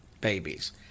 babies